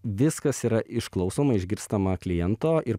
viskas yra išklausoma išgirstama kliento ir